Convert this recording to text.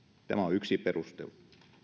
tämä on yksi perustelu